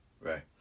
Right